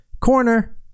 corner